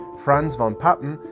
franz von papen,